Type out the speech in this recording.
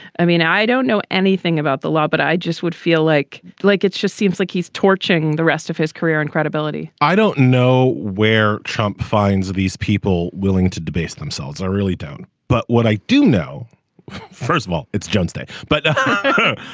i mean i don't know anything about the law but i just would feel like like it's just seems like he's torching the rest of his career and credibility i don't know where trump finds these people willing to debase themselves. i really don't. but what i do know first of all it's just day but.